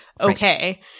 okay